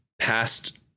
past